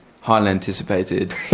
highly-anticipated